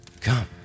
come